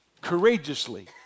courageously